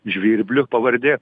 žvirbliu pavardė